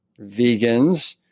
vegans